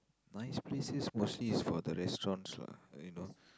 nice places mostly is for the restaurants lah you know